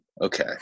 Okay